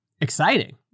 exciting